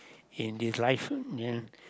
in this life yeah